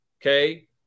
okay